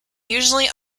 usually